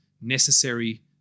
necessary